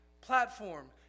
platform